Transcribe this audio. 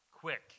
quick